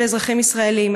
של האזרחים הישראלים.